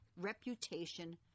reputation